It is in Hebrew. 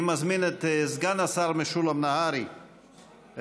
אני מזמין את סגן השר משולם נהרי להשיב,